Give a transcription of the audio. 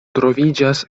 troviĝas